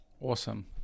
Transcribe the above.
awesome